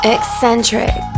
Eccentric